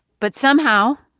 but somehow,